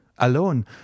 Alone